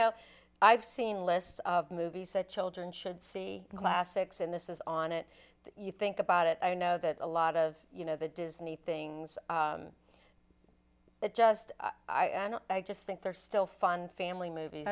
know i've seen list of movies that children should see classics and this is on it you think about it i know that a lot of you know the disney things that just i just think they're still fun family movie